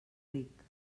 ric